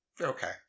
Okay